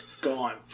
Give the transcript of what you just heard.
gone